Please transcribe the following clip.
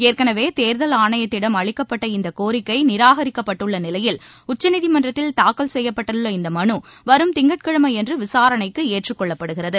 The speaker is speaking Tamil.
ஏற்கனவே தேர்தல் ஆணையத்திடம் அளிக்கப்பட்ட இந்த கோரிக்கை நிராகரிக்கப்பட்டுள்ள நிலையில் உச்சநீதிமன்றத்தில் தாக்கல் செய்யப்பட்ட இந்த மனு வரும் திங்கட்கிழமையன்று விசாரணைக்கு ஏற்றுக் கொள்ளப்படுகிறது